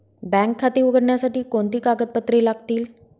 Bank खाते उघडण्यासाठी कोणती कागदपत्रे लागतील?